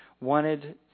wanted